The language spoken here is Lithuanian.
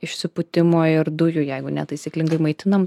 išsipūtimo ir dujų jeigu netaisyklingai maitinam